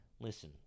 listen